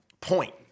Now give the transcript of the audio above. point